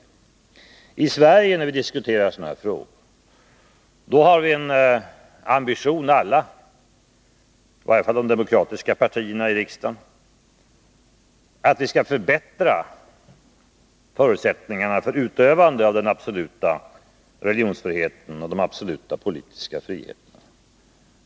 När vi i Sverige diskuterar sådana frågor har vi alla, i varje fall de demokratiska partierna i riksdagen, en ambition att förbättra förutsättningarna för utövandet av den absoluta religionsfriheten och de absoluta politiska friheterna.